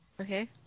Okay